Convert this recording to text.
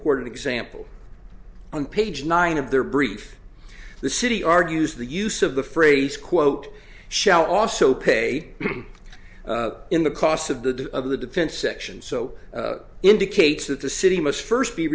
court an example on page nine of their brief the city argues the use of the phrase quote shall also pay in the costs of the of the defense sections so indicates that the city must first be